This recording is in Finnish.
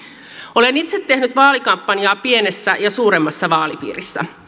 olen itse tehnyt vaalikampanjaa pienessä ja suuremmassa vaalipiirissä